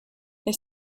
they